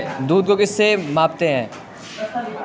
दूध को किस से मापते हैं?